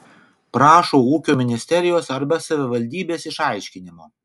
prašo ūkio ministerijos arba savivaldybės išaiškinimo